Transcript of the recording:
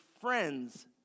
friends